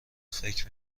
فکر